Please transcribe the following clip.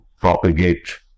propagate